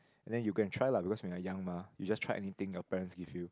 then you go and try lah because when your young mah you just tried anything your parents give you